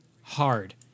hard